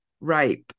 ripe